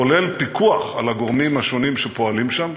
כולל פיקוח על הגורמים שפועלים שם,